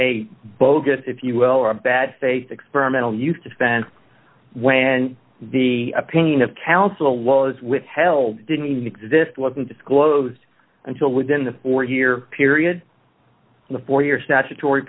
a bogus if you will or a bad faith experimental use defense when the opinion of counsel was withheld didn't even exist wasn't disclosed until within the four year period the four year statutory